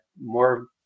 more